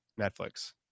Netflix